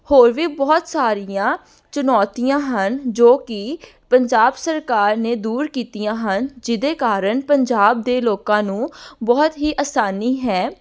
ਹੋਰ ਵੀ ਬਹੁਤ ਸਾਰੀਆਂ ਚੁਣੌਤੀਆਂ ਹਨ ਜੋ ਕਿ ਪੰਜਾਬ ਸਰਕਾਰ ਨੇ ਦੂਰ ਕੀਤੀਆਂ ਹਨ ਜਿਹਦੇ ਕਾਰਣ ਪੰਜਾਬ ਦੇ ਲੋਕਾਂ ਨੂੰ ਬਹੁਤ ਹੀ ਆਸਾਨੀ ਹੈ